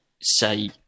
say